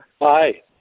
Hi